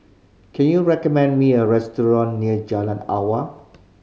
can you recommend me a restaurant near Jalan Awang